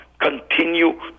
continue